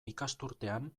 ikasturtean